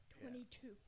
Twenty-two